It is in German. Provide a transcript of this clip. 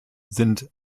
sind